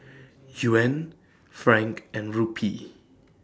Yuan Franc and Rupee